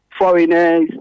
Foreigners